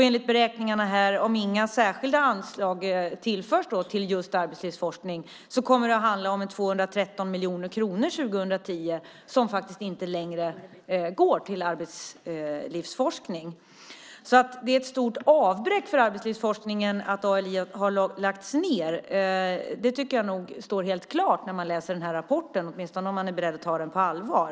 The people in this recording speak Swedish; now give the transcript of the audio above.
Enligt beräkningarna kommer det år 2010, om inga särskilda anslag tillförs just arbetslivsforskning, att handla om 213 miljoner som inte längre går till arbetslivsforskningen. Det är ett stort avbräck för arbetslivsforskningen att ALI har lagts ned. Det tycker jag står helt klart när man läser rapporten, åtminstone om man är beredd att ta den på allvar.